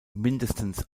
mindestens